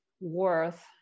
worth